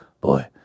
boy